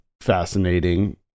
fascinating